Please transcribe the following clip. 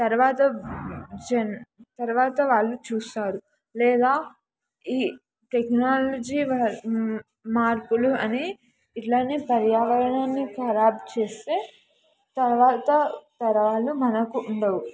తర్వాత జన్ తర్వాత వాళ్ళు చూస్తారు లేదా ఈ టెక్నాలజీ వ మార్పులు అని ఇట్లనే పర్యావరణాన్ని ఖరాబ్ చేస్తే తర్వాత తర్వాలు మనకు ఉండవు